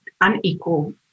unequal